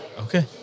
Okay